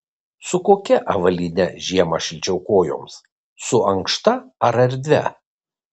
su kokia avalyne žiemą šilčiau kojoms su ankšta ar erdvia